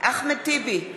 אחמד טיבי,